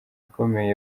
ikomeye